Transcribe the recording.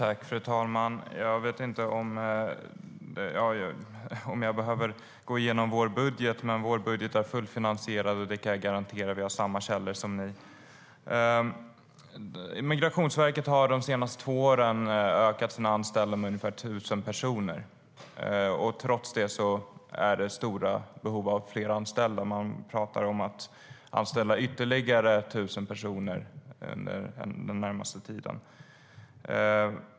Fru talman! Jag vet inte om jag behöver gå igenom vår budget. Vår budget är fullfinansierad. Det kan jag garantera. Vi har samma källor som ni, Mikael Cederbratt.Migrationsverket har de senaste två åren ökat antalet anställda med ungefär 1 000 personer. Trots det har man stora behov av fler anställda. Man pratar om att anställa ytterligare 1 000 personer den närmaste tiden.